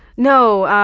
no.